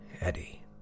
Eddie